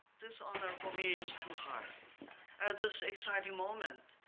this honor for me is too hard. at this exciting moment,